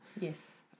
Yes